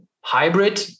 hybrid